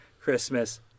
Christmas